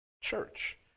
church